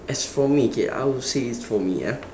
as for me okay I would say it's for me ah